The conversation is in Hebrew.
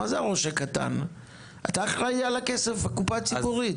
אתה אחראי על הכסף בקופה הציבורית,